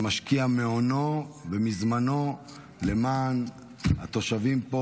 ומשקיע מהונו ומזמנו למען התושבים פה.